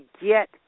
get